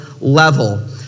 level